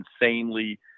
insanely